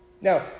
Now